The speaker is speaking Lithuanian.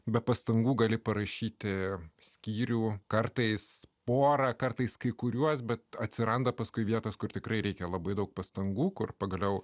be pastangų gali parašyti skyrių kartais porą kartais kai kuriuos bet atsiranda paskui vietos kur tikrai reikia labai daug pastangų kur pagaliau